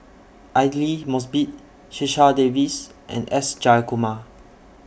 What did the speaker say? Aidli Mosbit Checha Davies and S Jayakumar